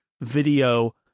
video